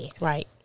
Right